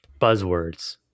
buzzwords